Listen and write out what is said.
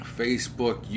facebook